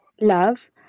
love